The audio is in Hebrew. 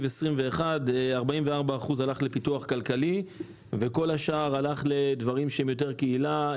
2021. 44% הלך לפיתוח כלכלי וכל השאר הלך לדברים שהם יותר קהילה,